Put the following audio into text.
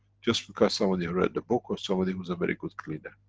just because somebody read the book, or somebody who's a very good cleaner?